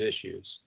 issues